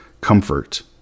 comfort